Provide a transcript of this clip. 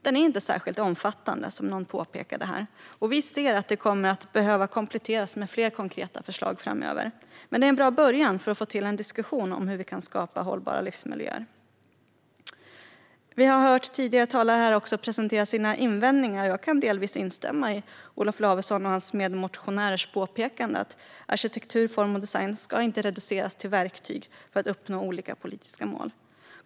Den är inte särskilt omfattande - som någon påpekade här - och vi ser att det kommer att behöva kompletteras med fler konkreta förslag framöver, men det är en bra början för att få till en diskussion om hur vi kan skapa hållbara livsmiljöer. Vi har hört tidigare talare presentera sina invändningar, och jag kan delvis instämma i Olof Lavessons och hans medmotionärers påpekande att arkitektur, form och design inte ska reduceras till verktyg för att uppnå olika politiska mål.